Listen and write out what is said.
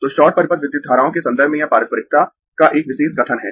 तो शॉर्ट परिपथ विद्युत धाराओं के संदर्भ में यह पारस्परिकता का एक विशेष कथन है